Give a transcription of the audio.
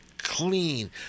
Clean